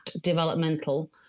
developmental